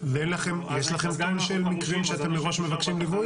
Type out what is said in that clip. --- יש לכם גם מקרים שאתם מראש מבקשים ליווי?